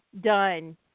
done